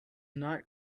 not